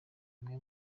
umwe